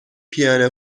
piano